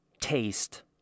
taste